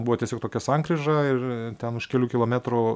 buvo tiesiog tokia sankryža ir ten už kelių kilometrų